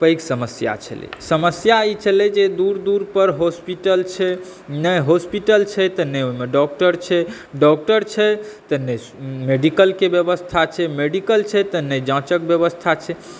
पैघ समस्या छलै समस्या ई छलै जे दूर दूर पर हॉस्पिटल छै नहि हॉस्पिटल छै तऽ नहि ओहिमे डॉक्टर छै डॉक्टर छै तऽ नहि मेडिकलक व्यवस्था छै मेडिकल छै तऽ नहि जाँचक व्यवस्था छै